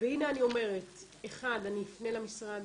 והנה אני אומרת, אחד, אני אפנה למשרד.